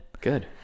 good